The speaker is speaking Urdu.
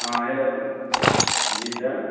ہاں ہلو جی سر